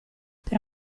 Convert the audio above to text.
per